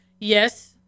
yes